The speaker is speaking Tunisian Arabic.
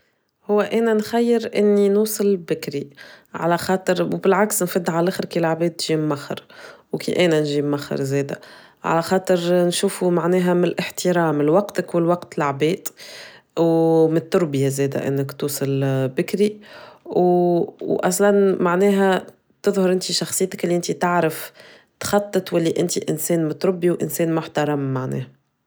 هو أنا نخير إني نوصل باكري على خاطر وبالعكس نفد على الأخر كيلاعباد جيم مخر وكأنا نجيم مخر زادة على خاطر نشوفه معناها من الإحترام لوقتك ولوقت العباد ومن التربية زادة أنك توصل باكري وأصلا معناها تظهر إنتي شخصيتك إنتي تعرف تخطط ولا إنتي إنسان متربي وإنسان محترم معناه.